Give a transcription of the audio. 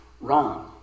Wrong